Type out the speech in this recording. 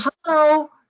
Hello